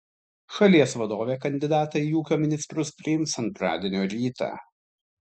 šalies vadovė kandidatą į ūkio ministrus priims antradienio rytą